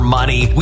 money